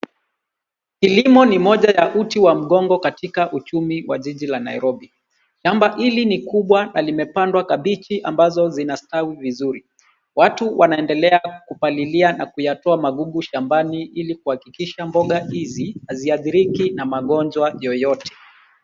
Kilimo ni moja ya uti wa mgongo katika uchumi wa jiji la Nairobi. Shamba hili ni kubwa na limepandwa kabichi ambazo zinastawi vizuri. Watu wanaendelea kupalilia na kuyatoa magugu shambani, ili kuhakikisha mboga hizi, haziathiriki na magonjwa yoyote.